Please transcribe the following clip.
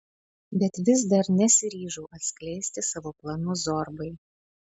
bet vis dar nesiryžau atskleisti savo planų zorbai